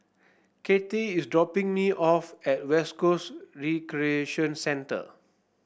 Kittie is dropping me off at West Coast Recreation Centre